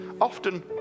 often